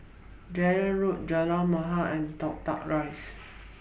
Dunearn Road Jalan Mahir and Toh Tuck Rise